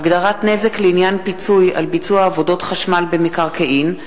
הגדרת נזק לעניין פיצוי על ביצוע עבודות חשמל במקרקעין),